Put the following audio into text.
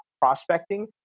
prospecting